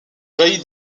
jaillit